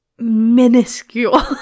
minuscule